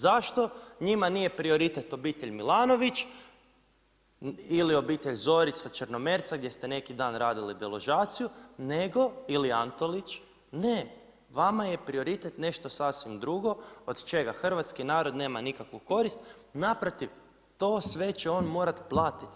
Zašto njima nije prioritet obitelj Milanović ili obitelj Zorica iz Črnomerca gdje ste neki dan radili deložaciju, nego, ili Antolić, ne, vama je prioritet nešto sasvim drugo, od čega Hrvatski narod nema nikakvu korist, naprotiv, to sve će on morati platiti.